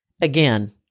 Again